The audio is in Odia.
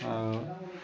ଆଉ